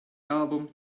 album